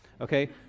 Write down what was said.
Okay